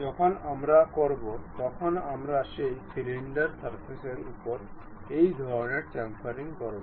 যখন আমরা করব তখন আমরা সেই সলিড সারফেসের উপর এই ধরণের চামফারিং করব